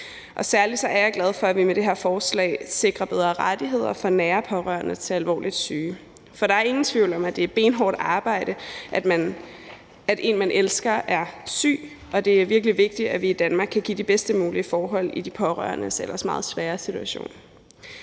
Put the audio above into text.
er særlig glad for, at vi med det her forslag sikrer bedre rettigheder for nære pårørende til alvorligt syge, for der er ingen tvivl om, at det er benhårdt arbejde, at en, man elsker, er syg, og det er virkelig vigtigt, at vi i Danmark kan give de bedst mulige forhold i de pårørendes ellers meget svære situationer.